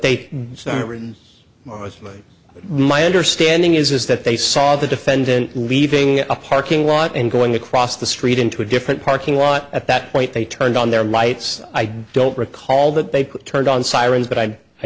was my understanding is that they saw the defendant leaving the parking lot and going across the street into a different parking lot at that point they turned on their lights i don't recall that they turned on sirens but i i